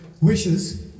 wishes